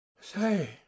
Say